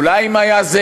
אולי אם זה היה,